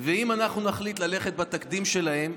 ואם אנחנו נחליט ללכת עם התקדים שלהם,